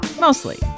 Mostly